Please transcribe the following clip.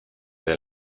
del